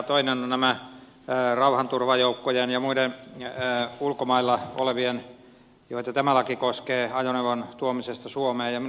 toinen on rauhanturvajoukkojen ja muiden ulkomailla olevien joita tämä laki koskee ajoneuvon tuomisesta suomeen